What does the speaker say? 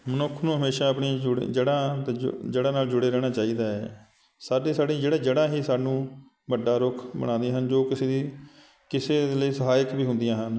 ਮਨੁੱਖ ਨੂੰ ਹਮੇਸ਼ਾ ਆਪਣੀਆਂ ਜੁੜ ਜੜ੍ਹਾਂ ਨਾਲ ਜੁੜੇ ਰਹਿਣਾ ਚਾਹੀਦਾ ਹੈ ਸਾਡੀ ਸਾਡੀ ਜਿਹੜਾ ਜੜ੍ਹਾਂ ਹੀ ਸਾਨੂੰ ਵੱਡਾ ਰੁੱਖ ਬਣਾਉਂਦੀਆਂ ਹਨ ਜੋ ਕਿਸੇ ਦੀ ਕਿਸੇ ਲਈ ਸਹਾਇਕ ਵੀ ਹੁੰਦੀਆਂ ਹਨ